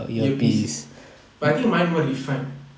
earpiece but I think mine more refined